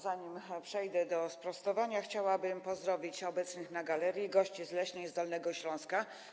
Zanim przejdę do sprostowania, chciałabym pozdrowić obecnych na galerii gości z Leśnej z Dolnego Śląska.